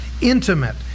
intimate